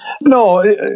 No